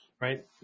right